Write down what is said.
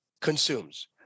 consumes